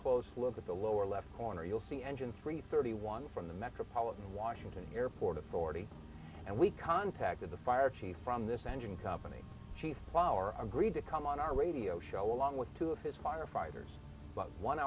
close look at the lower left corner you'll see engine three thirty one from the metropolitan washington airport authority and we contacted the fire chief from this engine company chief flower agreed to come on our radio show along with two of his firefighters but one